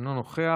אינו נוכח,